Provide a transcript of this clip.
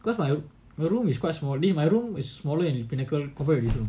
because my room is quite small only my room with smaller than pinnacle compared to this [one]